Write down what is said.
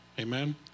Amen